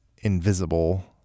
invisible